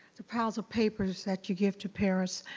the piles of papers that you give to parents,